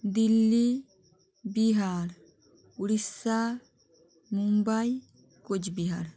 Delhi Bihar Orissa Mumbai Cooch Behar